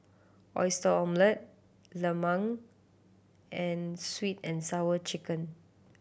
Oyster Omelette lemang and Sweet And Sour Chicken